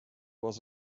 was